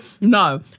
no